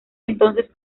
entonces